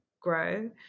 grow